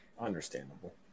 Understandable